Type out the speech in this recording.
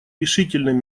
решительным